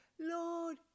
Lord